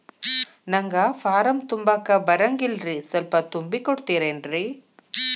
ನಂಗ ಫಾರಂ ತುಂಬಾಕ ಬರಂಗಿಲ್ರಿ ಸ್ವಲ್ಪ ತುಂಬಿ ಕೊಡ್ತಿರೇನ್ರಿ?